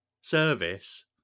service